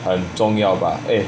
很重要吧 eh